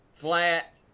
Flat